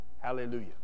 hallelujah